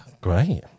Great